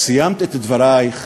סיימת את דברייך